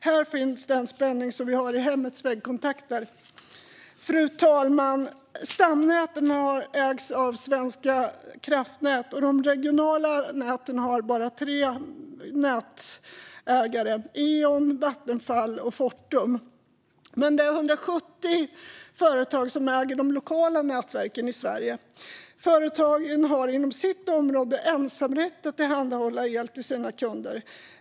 Här finns den spänning som vi har i hemmens väggkontakter. Fru talman! Stamnäten ägs av Svenska kraftnät, och de regionala näten har bara tre nätägare: Eon, Vattenfall och Fortum. Men det är 170 företag som äger de lokala elnäten i Sverige. Företagen har inom sitt område ensamrätt att tillhandahålla el till sina kunder.